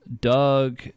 Doug